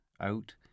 out